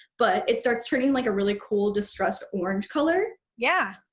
but it starts turning like a really cool, distressed orange color. yeah